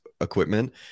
equipment